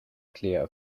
cliath